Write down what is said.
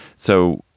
so,